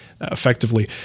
effectively